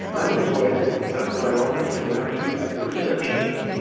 that little boy left my office and went out to the receptionist,